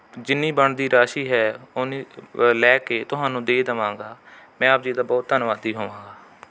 ਜਿੰਨੀ ਬਣਦੀ ਰਾਸ਼ੀ ਹੈ ਓਨੀ ਲੈ ਕੇ ਤੁਹਾਨੂੰ ਦੇ ਦੇਵਾਂਗਾ ਮੈਂ ਆਪ ਜੀ ਦਾ ਬਹੁਤ ਧੰਨਵਾਦੀ ਹੋਵਾਂਗਾ